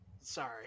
Sorry